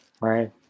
right